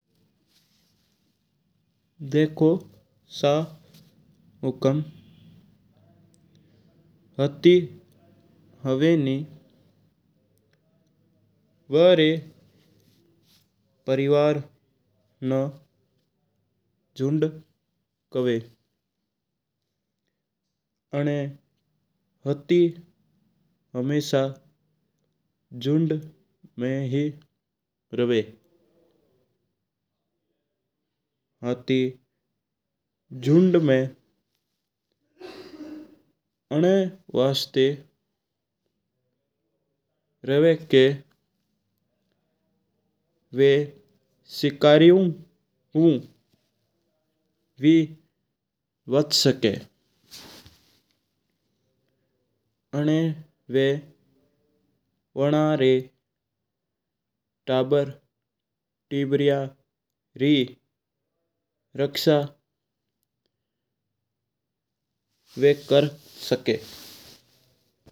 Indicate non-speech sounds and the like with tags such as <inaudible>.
देखो सा हुकम <noise> हक्ति हुवा नी वा री परिवार नू झुंड खेव आणो हक्ति हमेशा झुंड में ही रेहवा है। हक्ति झुंड में आना वास्ता रेहवा का वा शिकारी एवु भी बच सका आणा वा वणे री टब्बर टेब्रियां री रक्ष़ा वी कर सका।